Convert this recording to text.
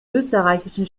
österreichischen